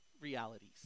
realities